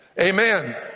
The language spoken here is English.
Amen